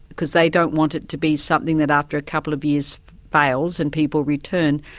because they don't want it to be something that after a couple of years fails, and people return,